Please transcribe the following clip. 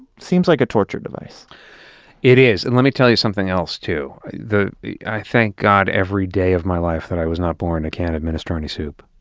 seems like a torture device it is. and let me tell you something else too, i thank god every day of my life that i was not born a can of minestrone soup.